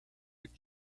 with